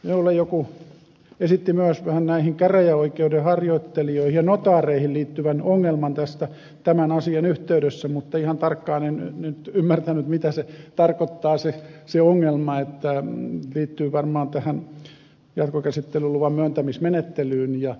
minulle joku esitti myös näihin käräjäoikeuden harjoittelijoihin ja notaareihin liittyvän ongelman tämän asian yhteydessä mutta ihan tarkkaan en nyt ymmärtänyt mitä se ongelma tarkoittaa liittyy varmaan tähän jatkokäsittelyluvan myöntämismenettelyyn